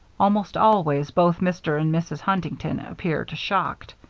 almost always, both mr. and mrs. huntington appeared shocked.